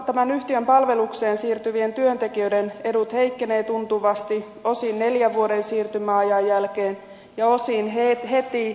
tämän yhtiön palvelukseen siirtyvien työntekijöiden edut heikkenevät tuntuvasti osin neljän vuoden siirtymäajan jälkeen ja osin heti